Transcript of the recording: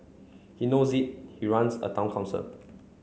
he knows it he runs a Town Council